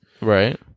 Right